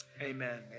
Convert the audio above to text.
amen